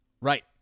right